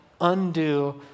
undo